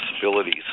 disabilities